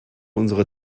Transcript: unsere